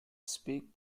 speak